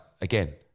again